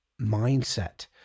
mindset